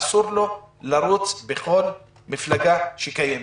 אסור לו לרוץ לכל מפלגה שקיימת,